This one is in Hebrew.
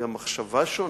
אלא גם מחשבה שונה,